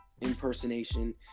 impersonation